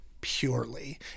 purely